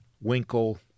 Winkle